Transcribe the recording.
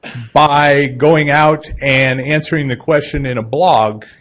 by going out and answering the question in a blog,